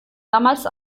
damals